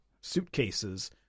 suitcases